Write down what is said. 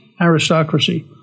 aristocracy